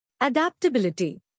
Adaptability